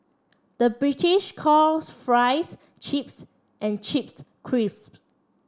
the British calls fries chips and chips crisps